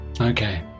Okay